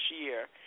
year